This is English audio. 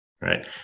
Right